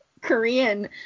Korean